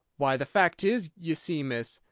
why, the fact is, you see, miss,